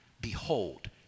Behold